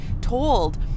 told